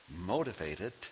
motivated